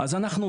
אז אנחנו,